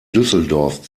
düsseldorf